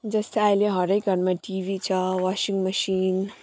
जस्तै अहिले हरेक घरमा टिभी छ वासिङ मेसिन